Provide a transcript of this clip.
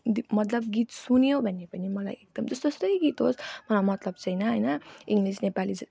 मतलब गीत सुन्यो भने पनि मलाई एकदम जस्तोतस्तै गीत होस् मलाई मतलब छैन होइन इङ्ग्लिस नेपाली